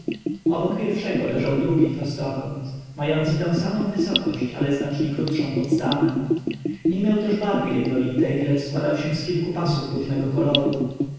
obok pierwszego leżał drugi prostokąt mający tę samą wysokość ale znacznie krótszą podstawę nie miał też barwy jednolitej lecz składał się z kilku pasów różnego koloru